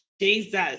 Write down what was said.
Jesus